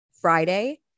Friday